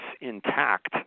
intact